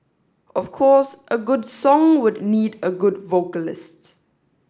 of course a good song would need a good vocalist